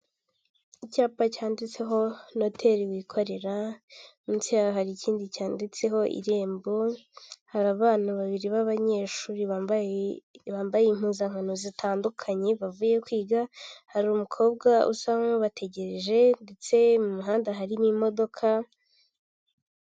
Icyapa cyanditseho noteri wikorera munsi hari ikindi cyanditseho irembo hari abana babiri b'abanyeshuri bambaye impuzankano zitandukanye bavuye kwiga hari umukobwa usa nk'ubabategereje ndetse mu muhanda harimomo.